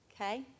Okay